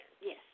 yes